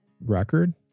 record